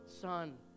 son